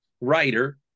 writer